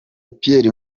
pierre